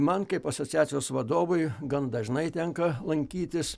man kaip asociacijos vadovui gan dažnai tenka lankytis